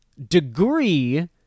degree